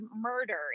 murder